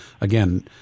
again